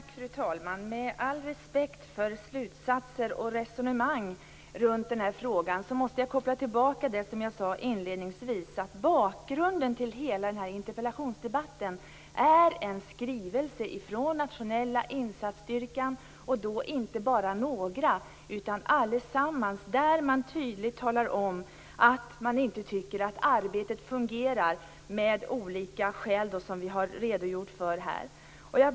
Fru talman! Med all respekt för slutsatser och resonemang i den här frågan måste jag återkoppla till det som jag sade inledningsvis. Bakgrunden till hela den här interpellationsdebatten är en skrivelse från den nationella insatsstyrkan, inte bara från några i den utan från hela styrkan. Man talar där tydligt om att man inte tycker att arbetet fungerar, av olika skäl som vi har redogjort för här.